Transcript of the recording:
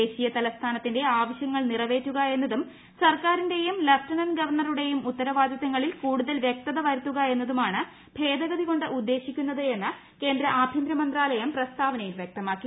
ദേശീയ തലസ്ഥാനത്തിന്റെ ആവശ്യങ്ങൾ നിറവേറ്റുക എന്നതും സർക്കാരിന്റെയും ലഫ്റ്റനന്റ് ഗവർണറുടെയും ഉത്തരവാദിത്തങ്ങളിൽ കൂടുതൽ വ്യക്തത വരുത്തുക എന്നതുമാണ് ഭേദഗതി കൊണ്ട് ഉദ്ദേശിക്കുന്നത് എന്ന് കേന്ദ്ര ആഭ്യന്തരമന്ത്രാലയം പ്രസ്താവനയിൽ വൃക്തമാക്കി